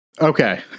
Okay